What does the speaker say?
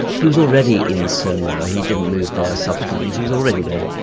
he was already in samoa he didn't move there subsequently. he was already there.